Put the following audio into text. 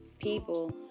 people